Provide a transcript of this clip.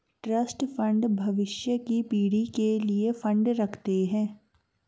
trust fund भविष्य की पीढ़ी के लिए फंड रखते हैं